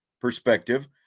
perspective